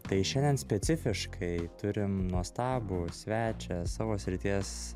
tai šiandien specifiškai turim nuostabų svečią savo srities